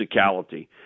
physicality